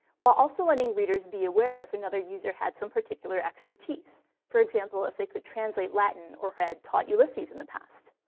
while also letting readers be aware if another user had some particular expertise for example, if they could translate latin or had taught ulysses in the past.